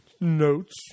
Notes